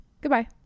Goodbye